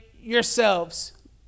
yourselves